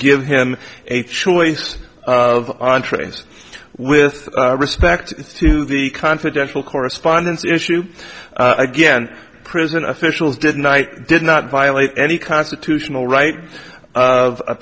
give him a choice of entrees with respect to the confidential correspondence issue again prison officials did night did not violate any constitutional right of